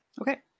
Okay